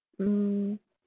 mm